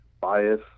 bias